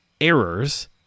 errors